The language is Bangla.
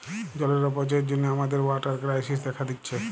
জলের অপচয়ের জন্যে আমাদের ওয়াটার ক্রাইসিস দেখা দিচ্ছে